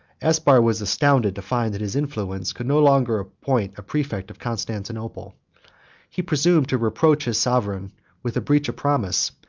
aspar was astonished to find that his influence could no longer appoint a praefect of constantinople he presumed to reproach his sovereign with a breach of promise,